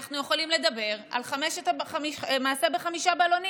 אנחנו יכולים לדבר על "מעשה בחמישה בלונים".